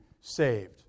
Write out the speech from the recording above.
saved